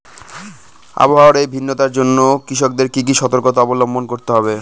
আবহাওয়ার এই ভিন্নতার জন্য কৃষকদের কি কি সর্তকতা অবলম্বন করতে হবে?